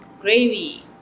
gravy